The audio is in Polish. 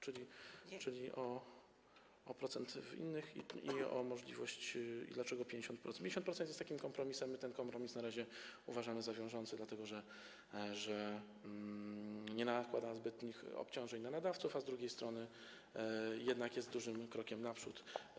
Czyli na pytania o procent w innych krajach i o możliwość, dlaczego 50%. 50% jest kompromisem, my ten kompromis na razie uważamy za wiążący, dlatego że nie nakłada zbytnich obciążeń na nadawców, a z drugiej strony jednak jest dużym krokiem naprzód.